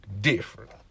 different